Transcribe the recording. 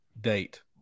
date